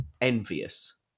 envious